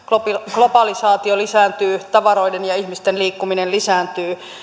globalisaatio lisääntyy tavaroiden ja ihmisten liikkuminen lisääntyy